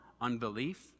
unbelief